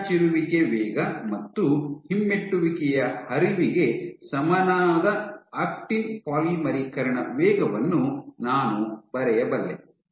ಮುಂಚಾಚಿರುವಿಕೆ ವೇಗ ಮತ್ತು ಹಿಮ್ಮೆಟ್ಟುವಿಕೆಯ ಹರಿವಿಗೆ ಸಮಾನವಾದ ಆಕ್ಟಿನ್ ಪಾಲಿಮರೀಕರಣ ವೇಗವನ್ನು ನಾನು ಬರೆಯಬಲ್ಲೆ